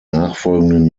nachfolgenden